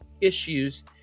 issues